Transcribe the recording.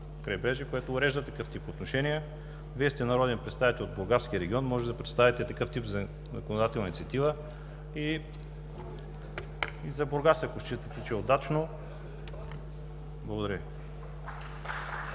крайбрежие, който урежда такъв тип отношения. Вие сте народен представител от Бургаския регион и можете да представите такъв тип законодателна инициатива за Бургас, ако считате, че е удачно. Благодаря